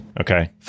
Okay